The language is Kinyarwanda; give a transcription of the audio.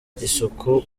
isuku